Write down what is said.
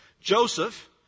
Joseph